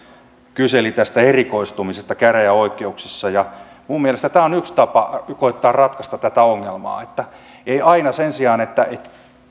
kyseli tästä erikoistumisesta käräjäoikeuksissa minun mielestäni tämä on yksi tapa koettaa ratkaista tätä ongelmaa että sen sijaan että